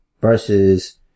versus